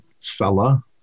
fella